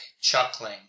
chuckling